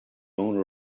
owner